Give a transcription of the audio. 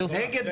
תשעה.